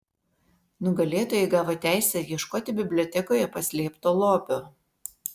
nugalėtojai gavo teisę ieškoti bibliotekoje paslėpto lobio